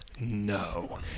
no